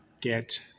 get